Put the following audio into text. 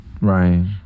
Right